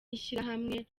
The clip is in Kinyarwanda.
ishyirahamwe